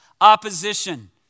opposition